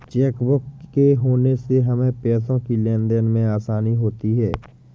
chequebook के होने से हमें पैसों की लेनदेन में आसानी होती हैँ